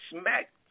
smacked